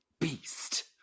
beast